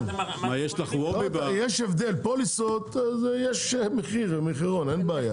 יש הבדל, בפוליסות יש מחיר מחירון, אין בעיה.